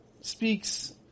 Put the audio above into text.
speaks